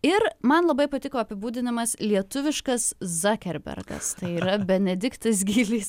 ir man labai patiko apibūdinamas lietuviškas zakerbergas tai yra benediktas gylys